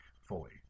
fully